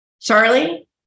Charlie